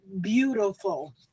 beautiful